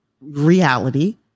reality